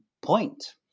point